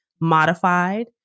modified